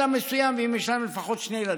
המסוים ואם יש להם לפחות שני ילדים,